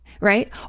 right